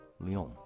Leon